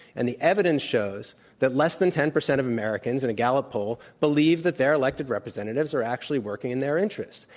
and the evidence shows that less than ten percent of americans in a gallup poll believe that their elected representatives are actually working in their interest.